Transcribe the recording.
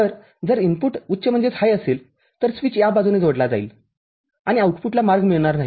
तर जर इनपुट उच्च असेल तर स्विच या बाजूस जोडला जाईल आणि आउटपुटला मार्ग मिळणार नाही